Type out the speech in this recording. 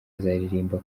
azaririmba